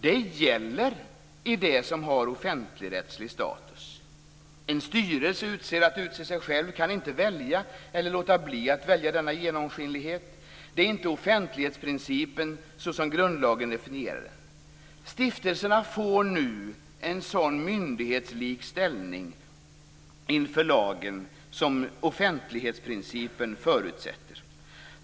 Det gäller i det som har offentligrättslig status. En styrelse, utsedd att utse sig själv, kan inte välja eller låta bli att välja denna genomskinlighet. Det är inte offentlighetsprincipen så som grundlagen definierar den. Stiftelserna får nu en sådan myndighetslik ställning inför lagen som offentlighetsprincipen förutsätter.